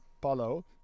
Paulo